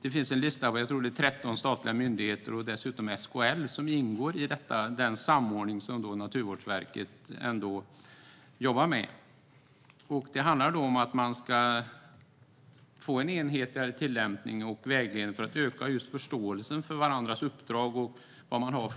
Det är en lista med, tror jag, 13 statliga myndigheter och dessutom SKL som ingår i den samordning som Naturvårdsverket jobbar med. Det handlar om att man ska få en enhetligare tillämpning och vägledning för att öka förståelsen för varandras uppdrag och vad